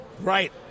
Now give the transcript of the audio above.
right